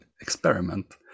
experiment